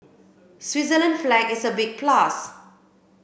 Switzerland flag is a big plus